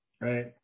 right